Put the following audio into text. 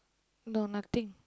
no nothing